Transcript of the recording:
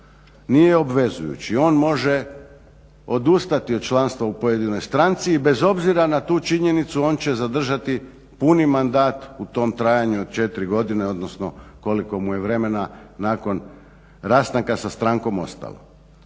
nije obvezujući, on može odustati od članstva u pojedinoj stranci i bez obzira na tu činjenicu on će zadržati puni mandat u tom trajanju od 4 godine odnosno koliko mu je vremena nakon rastanka sa strankom ostalo.